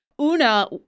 Una